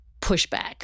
pushback